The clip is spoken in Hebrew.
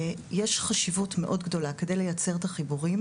יש חשיבות מאוד גדולה כדי לייצר את החיבורים